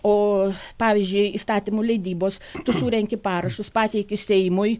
o pavyzdžiui įstatymų leidybos tu surenki parašus pateiki seimui